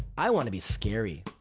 i wanna be scary.